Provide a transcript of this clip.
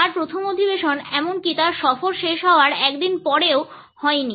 তার প্রথম অধিবেশন এমনকি তার সফর শেষ হওয়ার একদিন পরেও হয়নি